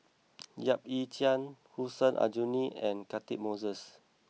Yap Ee Chian Hussein Aljunied and Catchick Moses